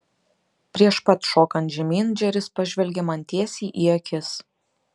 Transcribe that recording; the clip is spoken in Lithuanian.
prieš pat šokant žemyn džeris pažvelgė man tiesiai į akis